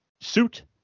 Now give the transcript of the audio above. suit